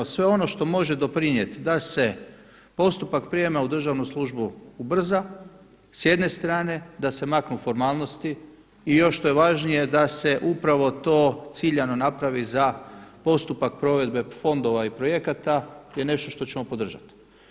Sve ono što može doprinijeti da se postupak prijema u državnu službu ubrza, s jedne strane da se maknu formalnosti i još što je važnije da se upravo to ciljano napravi za postupak provedbe fondova i projekata je nešto što ćemo podržati.